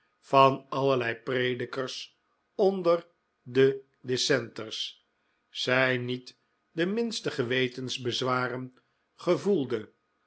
van allerlei predikers onder de dissenters zij niet de minste gewetensbezwaren gevoelde